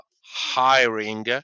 hiring